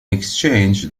exchange